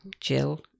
Jill